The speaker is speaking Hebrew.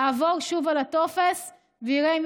והגורמים האלה שמניתי תורמים לכשליש מכלל התמותה מסרטן בישראל,